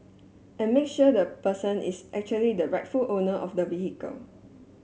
and make sure the person is actually the rightful owner of the vehicle